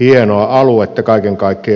hienoa aluetta kaiken kaikkiaan